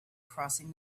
crossing